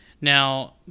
Now